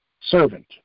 servant